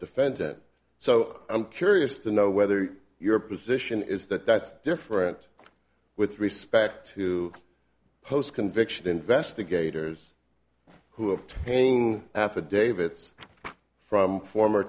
defend it so i'm curious to know whether your position is that that's different with respect to post conviction investigators who are paying affidavits from former